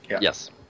Yes